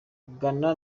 gana